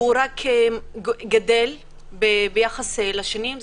שהוא רק גדל ביחס לשנים,